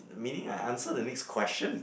meaning I answer the next question